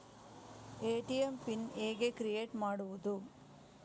ATM PIN ಹೇಗೆ create ಮಾಡುವುದು?